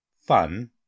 fun